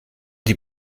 die